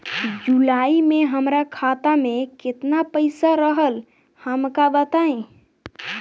जुलाई में हमरा खाता में केतना पईसा रहल हमका बताई?